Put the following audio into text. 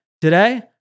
today